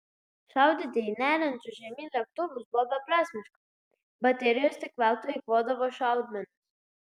šaudyti į neriančius žemyn lėktuvus buvo beprasmiška baterijos tik veltui eikvodavo šaudmenis